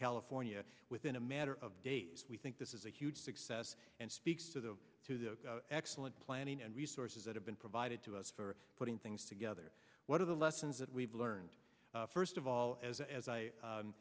california within a matter of days we think this is a huge success and speaks to the to the excellent planning and resources that have been provided to us for putting things together what are the lessons that we've learned first of all as as i